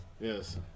Yes